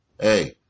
Hey